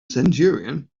centurion